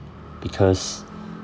because